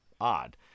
odd